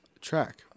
track